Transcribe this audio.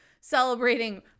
celebrating